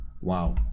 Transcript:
Wow